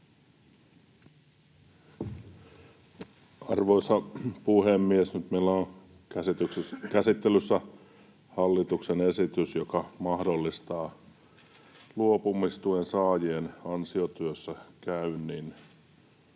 Arvoisa puhemies! Nyt meillä on käsittelyssä hallituksen esitys, joka mahdollistaa luopumistuen saajien ansiotyössä käynnin.